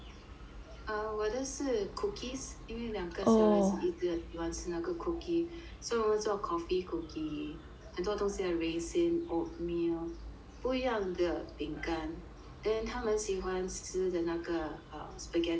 err 我的是 cookies 因为两个小孩子一直很喜欢吃那个 cookie so 我们做 coffee cookie 很多东西要 raisin oatmeal 不一样的饼干 then 他们喜欢吃的那个 err spaghetti